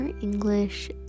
English